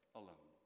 alone